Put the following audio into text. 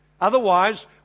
Otherwise